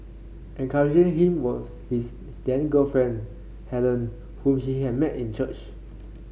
encouraging him was his then girlfriend Helen whom he had met in church